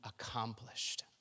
accomplished